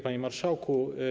Panie Marszałku!